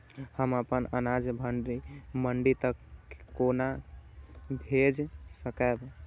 हम अपन अनाज मंडी तक कोना भेज सकबै?